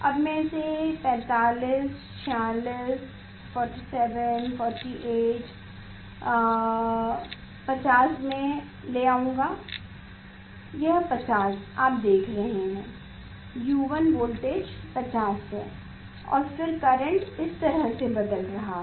अब मैं इसे 45 46 47 48 मैं 50 तक ले जाऊंगा यह 50 आप देख रहे हैं कि U1 वोल्टेज 50 है और फिर करेंट इस तरह बदल रहा है